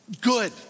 good